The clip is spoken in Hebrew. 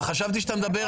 בוסו, אתה יודע מה אומרים.